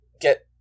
get